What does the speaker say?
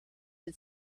had